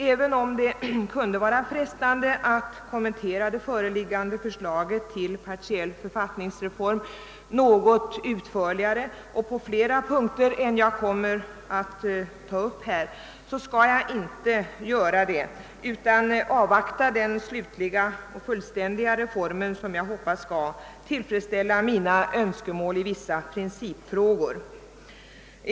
även om det kunde vara frestande att kommentera det föreliggande förslaget till partiell författningsreform något utförligare och på flera punkter än dem jag kommer att beröra, skall jag inte göra detta utan avvakta den slutliga och fullständiga reform, som jag hoppas skall tillfredsställa mina önskemål beträffande vissa principfrågor.